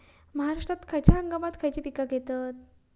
महाराष्ट्रात खयच्या हंगामांत खयची पीका घेतत?